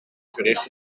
verricht